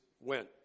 went